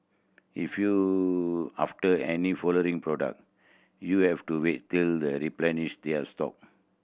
if you after any following product you'll have to wait till they replenish their stock